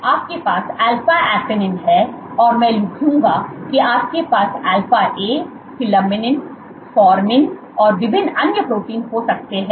इसलिए आपके पास अल्फा ऐक्टिनिन है और मैं लिखूंगा कि आपके पास अल्फा ए फिलामिन फॉरमिन और विभिन्न अन्य प्रोटीन हो सकते हैं